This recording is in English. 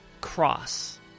cross